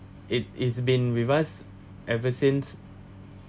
it it's been with us ever since